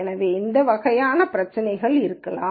எனவே இந்த வகையான பிரச்சினைகள் இருக்கலாம்